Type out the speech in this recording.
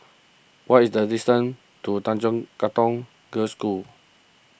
what is the distance to Tanjong Katong Girls' School